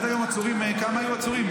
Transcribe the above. עד היום, כמה עצורים היו?